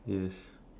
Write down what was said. yes